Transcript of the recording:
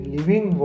Living